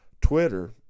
Twitter